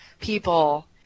people